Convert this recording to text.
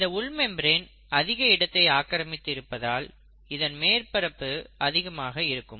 இந்த உள் மெம்பரேன் அதிக இடத்தை ஆக்கிரமித்து இருப்பதால் இதன் மேற்பரப்பு அதிகமாக இருக்கும்